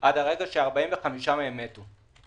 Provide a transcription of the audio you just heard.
ועד ש-45 מהם מתו